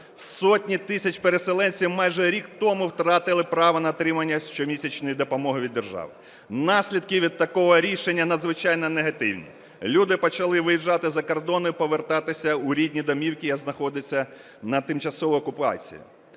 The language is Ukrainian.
сотні тисяч переселенців майже рік тому втратили право на отримання щомісячної допомоги від держави. Наслідки від такого рішення надзвичайно негативні, люди почали виїжджати за кордон і повертатися у рідні домівки, які знаходяться в тимчасовій окупації.